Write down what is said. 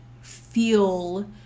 feel